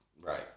right